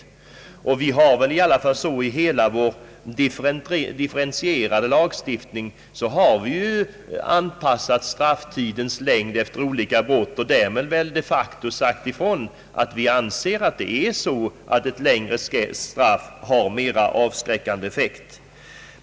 I hela vår differentierade lagstiftning har vi anpassat strafftidens längd efter olika brott och därmed de facto sagt ifrån att vi anser att ett längre straff har mer avskräckande effekt.